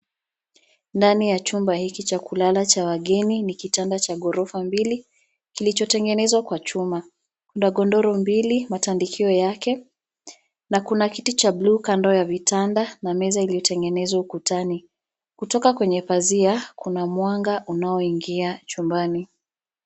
Ndani ya chumba hiki cha kulala cha wageni ni kitanda cha ghorofa mbili kilichotengenezwa kwa chuma. Kuna godoro mbili, matandikio yake na kuna kiti cha blue kando ya vitanda na meza iliyotengenezwa ukutani. Kutoka kwenye pazia kuna mwanga unaoingia chumbani.